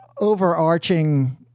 overarching